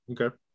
Okay